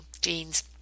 jeans